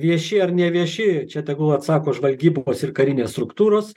vieši ar nevieši čia tegul atsako žvalgybos ir karinės struktūros